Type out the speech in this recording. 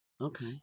Okay